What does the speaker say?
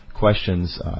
Questions